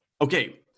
Okay